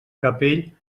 capell